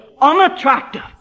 unattractive